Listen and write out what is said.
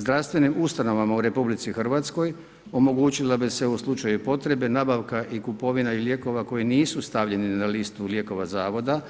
Zdravstvenim ustanovama u RH omogućila bi se u slučaju potrebe nabavka i kupovina lijekova koji nisu stavljeni na listu lijekova zavoda,